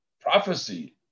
prophecy